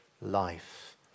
life